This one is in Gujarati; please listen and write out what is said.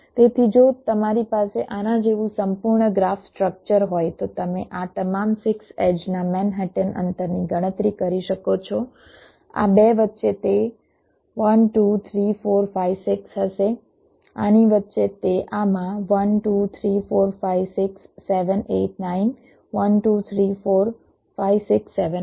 તેથી જો તમારી પાસે આના જેવું સંપૂર્ણ ગ્રાફ સ્ટ્રક્ચર હોય તો તમે આ તમામ 6 એડ્જના મેનહટન અંતરની ગણતરી કરી શકો છો આ 2 વચ્ચે તે 1 2 3 4 5 6 હશે આની વચ્ચે તે આમાં 1 2 3 4 5 6 7 8 9 1 2 3 4 5 6 7 હશે